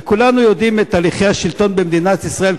וכולנו יודעים את הליכי השלטון במדינת ישראל,